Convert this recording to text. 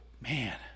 Man